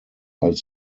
als